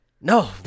No